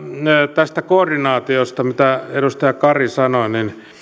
tästä koordinaatiosta mistä edustaja kari sanoi